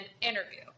interview